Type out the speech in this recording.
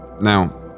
Now